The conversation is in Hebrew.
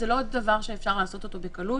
זה לא דבר שאפשר לעשות אותו בקלות.